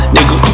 Nigga